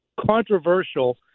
controversial